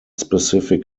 specific